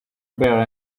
bear